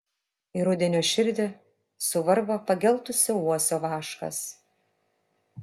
į rudenio širdį suvarva pageltusio uosio vaškas